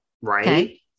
right